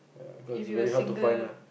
ya cause it's very hard to find ah